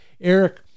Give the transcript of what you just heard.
Eric